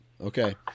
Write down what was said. Okay